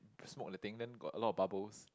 smoke the thing then got a lot of bubbles